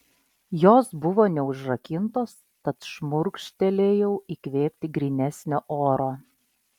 jos buvo neužrakintos tad šmurkštelėjau įkvėpti grynesnio oro